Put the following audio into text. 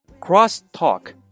Cross-talk